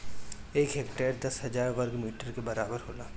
एक हेक्टेयर दस हजार वर्ग मीटर के बराबर होला